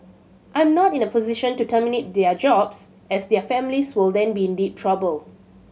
I'm not in a position to terminate their jobs as their families will then be in deep trouble